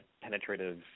penetrative